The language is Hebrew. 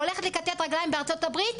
הולכת לכתת רגליים בארצות הברית,